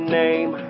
name